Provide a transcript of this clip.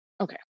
Okay